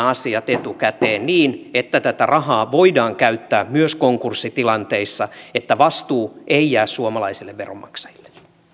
asiat etukäteen niin että tätä rahaa voidaan käyttää myös konkurssitilanteissa jotta vastuu ei jää suomalaisille veronmaksajille